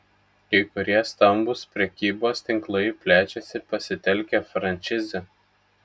kai kurie stambūs prekybos tinklai plečiasi pasitelkę frančizę